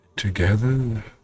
Together